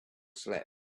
slept